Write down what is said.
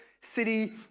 city